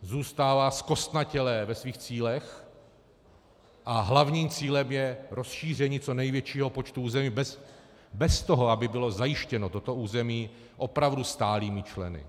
Zůstává zkostnatělé ve svých cílech a hlavním cílem je rozšíření co největšího počtu území bez toho, aby bylo zajištěno toto území opravdu stálými členy.